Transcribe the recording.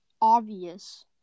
obvious